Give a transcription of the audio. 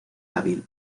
hábil